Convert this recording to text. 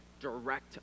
direct